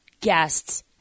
guests